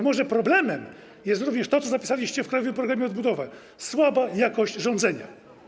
Może problemem jest również to, co zapisaliście w krajowym programie odbudowy: słaba jakość rządzenia.